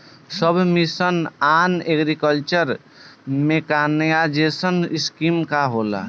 सब mission on agriculture mechanisation scheme का होला?